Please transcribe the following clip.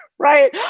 Right